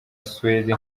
suède